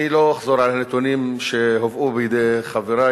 אני לא אחזור על הנתונים שהובאו בידי חברי